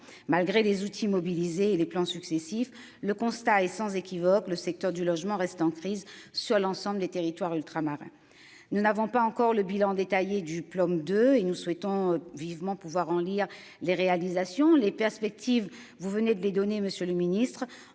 malgré les outils mobilisés les plans successifs, le constat est sans équivoque, le secteur du logement reste en crise sur l'ensemble des territoires ultramarins. Nous n'avons pas encore le bilan détaillé du plan de et nous souhaitons vivement pouvoir en lire les réalisations, les perspectives, vous venez de les donner. Monsieur le Ministre.